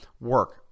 work